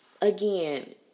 again